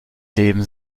leben